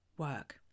work